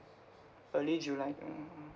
early july mm